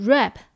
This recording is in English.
Rap